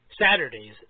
Saturdays